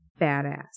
Badass